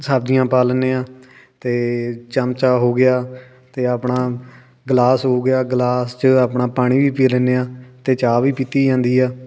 ਸਬਜ਼ੀਆਂ ਪਾ ਲੈਂਦੇ ਹਾਂ ਅਤੇ ਚਮਚਾ ਹੋ ਗਿਆ ਅਤੇ ਆਪਣਾ ਗਲਾਸ ਹੋ ਗਿਆ ਗਲਾਸ 'ਚ ਆਪਣਾ ਪਾਣੀ ਵੀ ਪੀ ਲੈਂਦੇ ਹਾਂ ਅਤੇ ਚਾਹ ਵੀ ਪੀਤੀ ਜਾਂਦੀ ਆ